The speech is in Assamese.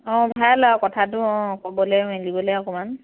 অঁ ভাল আৰু কথাটো অঁ ক'বলৈ মেলিবলৈ অকণমান